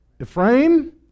Ephraim